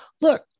look